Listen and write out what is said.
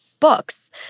books